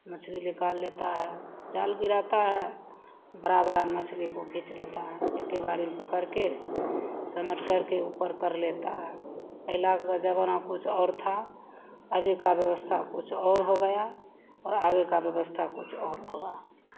मछली निकाल लेता है जाल गिराता है बड़ी बड़ी मछली को खीँच लेता है एक्के बार में पकड़कर समेट करके ऊपर कर लेता है पहला के ज़माना कुछ और था अभी की व्यवस्था कुछ और हो गई और आगे की व्यवस्था कुछ और होगी